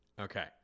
Okay